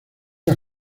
las